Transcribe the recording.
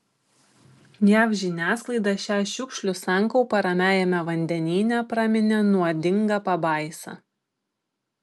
jav žiniasklaida šią šiukšlių sankaupą ramiajame vandenyne praminė nuodinga pabaisa